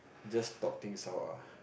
just talk things out ah